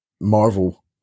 Marvel